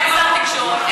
אין שר תקשורת,